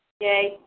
yay